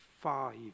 Five